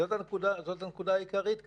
זאת הנקודה העיקרית כאן.